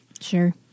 Sure